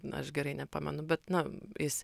na aš gerai nepamenu bet na jis